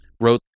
wrote